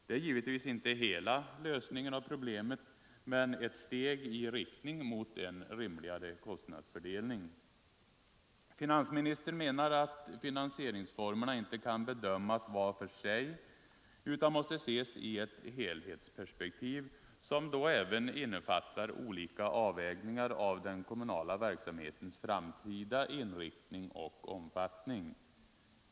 Det är givetvis inte hela lösningen på problemet, men det är ett steg i rätt riktning mot en rimligare kostnadsfördelning. Finansministern menar att finansieringsformerna inte kan bedömas var för sig utan måste ses i ett helhetsperspektiv, som då även innefattar olika avvägningar av den kommunala verksamhetens framtida inriktning och omfattning.